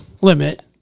limit